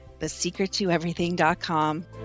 thesecrettoeverything.com